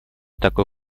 такой